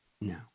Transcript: No